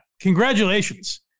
Congratulations